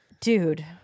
dude